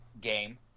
game